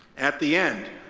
at the end,